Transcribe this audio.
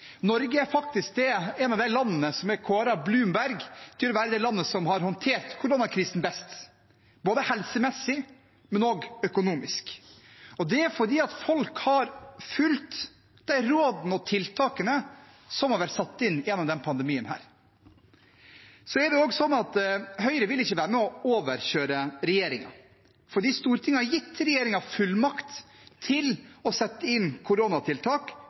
å være de som har håndtert koronakrisen best, både helsemessig og økonomisk. Det er fordi folk har fulgt de rådene og tiltakene som har vært satt inn gjennom denne pandemien. Høyre vil ikke være med og overkjøre regjeringen, for Stortinget har gitt regjeringen fullmakt til å sette inn koronatiltak